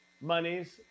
monies